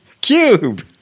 cube